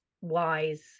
wise